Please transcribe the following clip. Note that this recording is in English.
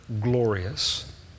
glorious